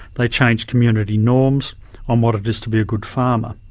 they changed community norms on what it is to be a good farmer,